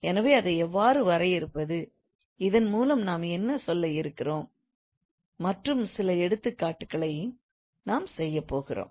எனவே அதை எவ்வாறு வரையறுப்பது இதன் மூலம் நாம் என்ன சொல்ல இருக்கிறோம் மற்றும் சில எடுத்துக்காட்டுகளை நாம் செய்யப்போகிறோம்